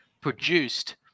produced